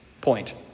point